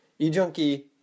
eJunkie